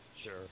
Sure